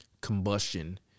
combustion